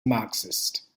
marxist